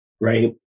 right